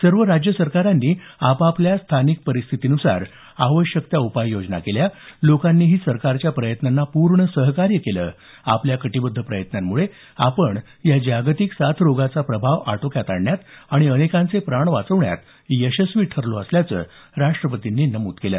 सर्व राज्य सरकारांनी आपापल्या स्थानिक परिस्थितीनुसार आवश्यक त्या उपाययोजना केल्या लोकांनीही सरकारच्या प्रयत्नांना पूर्ण सहकार्य केलं आपल्या कटिबद्ध प्रयत्नांमुळे आपण या जागतिक साथरोगाचा प्रभाव आटोक्यात आणण्यात आणि अनेकांचे प्राण वाचवण्यात यशस्वी ठरलो असल्याचं राष्टपतींनी नमूद केलं